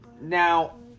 Now